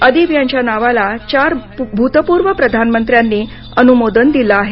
अदीब यांच्या नावाला चार भूतपूर्व प्रधानमंत्र्यांनी अनुमोदन दिलं आहे